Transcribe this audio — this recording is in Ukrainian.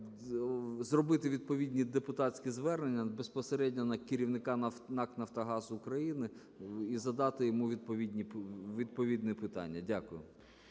зробити відповідні депутатські звернення безпосередньо на керівника НАК "Нафтогаз України" і задати йому відповідне питання. Дякую.